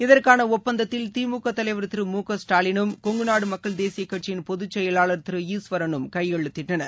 இதற்கானஒப்பந்தத்தில் திமுகதலைவர் திரு மு க ஸ்டாலினும் கொங்கு நாடுமக்கள் தேசியகட்சியின் பொகுச் செயலாளர் திருஈஸ்வரனும் கையெழுத்திட்டனர்